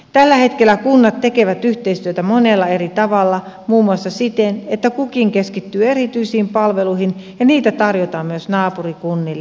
tällä hetkellä kunnat tekevät yhteistyötä monella eri tavalla muun muassa siten että kukin keskittyy erityisiin palveluihin ja niitä tarjotaan myös naapurikunnille